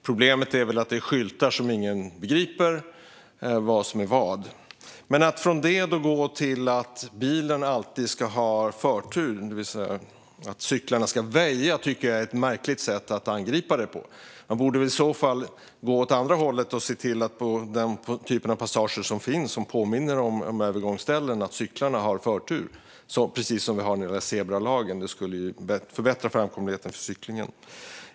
Problemet är väl att ingen begriper vad som är vad när det gäller skyltarna. Att från detta gå till att bilen alltid ska ha förtur och att cyklarna ska väja tycker jag dock är ett märkligt sätt att angripa det på. Man borde väl i så fall gå åt andra hållet och se till att cyklarna har förtur på denna typ av passager, som påminner om övergångsställen, precis som de har när det gäller zebralagen. Detta skulle förbättra framkomligheten för cyklisterna.